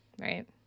right